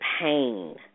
pain